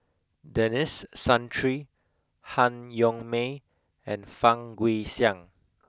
Denis Santry Han Yong May and Fang Guixiang